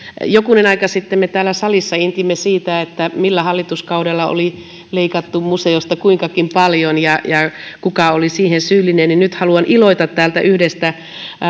jokunen aika sitten me täällä salissa intimme siitä millä hallituskaudella oli leikattu museosta kuinkakin paljon ja ja kuka oli siihen syyllinen nyt haluan iloita täältä yhdestä